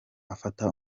afata